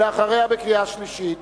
ואחריה בקריאה שלישית,